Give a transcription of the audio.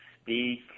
speak